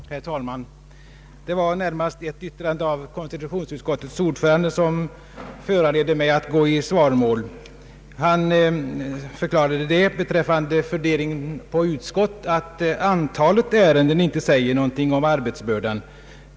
Herr talman! Det var närmast ett yttrande av konstitutionsutskottets ordförande som föranledde mig att gå i svaromål. Ordföranden förklarade beträffande fördelningen på utskott att antalet ärenden inte säger någonting om arbetsbördan.